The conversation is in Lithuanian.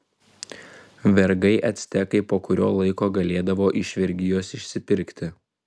vergai actekai po kurio laiko galėdavo iš vergijos išsipirkti